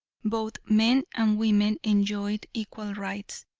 both men and women enjoyed equal rights.